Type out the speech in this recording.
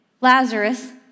Lazarus